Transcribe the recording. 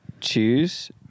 choose